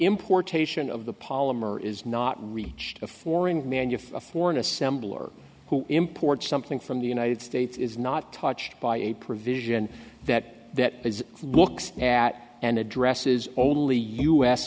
importation of the polymer is not reached a foreign manuf a foreign assembler who imports something from the united states is not touched by a provision that that is looks at and addresses only u